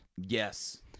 Yes